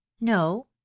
No